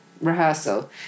rehearsal